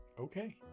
Okay